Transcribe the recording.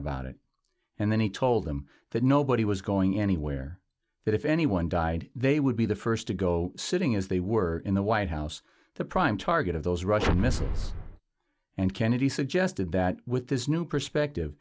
about it and then he told them that nobody was going anywhere that if anyone died they would be the first to go sitting as they were in the white house the prime target of those russian missiles and kennedy suggested that with this new perspective